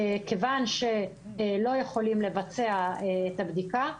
כיוון שלא יכולים לבצע את הבדיקה,